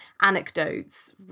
anecdotes